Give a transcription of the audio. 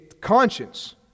conscience